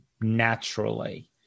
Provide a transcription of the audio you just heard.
naturally